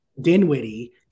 Dinwiddie